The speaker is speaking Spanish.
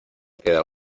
queda